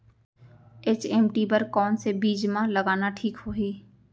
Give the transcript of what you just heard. HMT बर कौन से बीज मा लगाना ठीक होही?